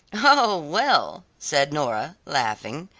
oh, well, said nora laughing,